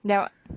that [one]